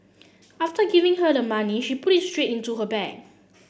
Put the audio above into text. after giving her the money she put it straight into her bag